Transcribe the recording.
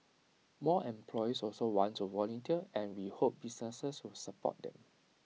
more employees also want to volunteer and we hope businesses will support them